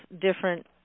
different